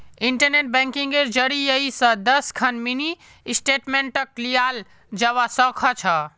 internet बैंकिंगेर जरियई स दस खन मिनी स्टेटमेंटक लियाल जबा स ख छ